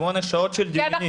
שמונה שעות של דיונים.